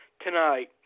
tonight